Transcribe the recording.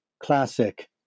classic